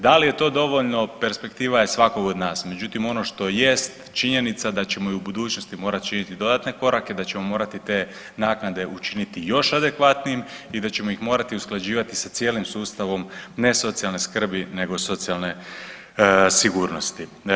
Da li je to dovoljno, perspektiva je svakog od nas, međutim on što jest činjenica da ćemo i u budućnosti morati činiti dodatne korake, da ćemo morati te naknade učiniti još adekvatnijim i da ćemo ih morati usklađivati sa cijelim sustavom ne socijalne skrbi nego socijalne sigurnosti.